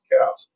cows